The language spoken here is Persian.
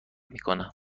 میکنه